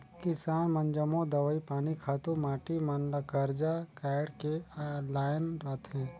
किसान मन जम्मो दवई पानी, खातू माटी मन ल करजा काएढ़ के लाएन रहथें